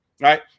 right